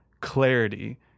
clarity